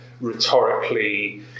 rhetorically